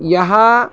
यः